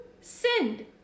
sinned